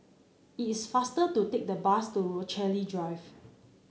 it's faster to take the bus to Rochalie Drive